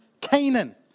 Canaan